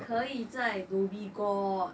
可以在 dhoby ghaut